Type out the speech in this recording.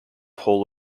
hall